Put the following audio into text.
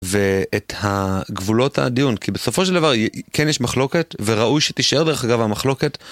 ואת הגבולות הדיון כי בסופו של דבר כן יש מחלוקת וראוי שתישאר דרך אגב המחלוקת.